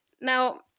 Now